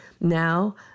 Now